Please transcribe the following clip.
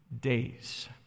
days